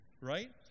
right